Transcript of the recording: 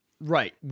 Right